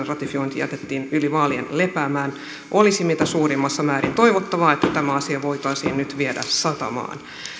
ratifiointi jätettiin yli vaalien lepäämään olisi mitä suurimmassa määrin toivottavaa että tämä asia voitaisiin nyt viedä satamaan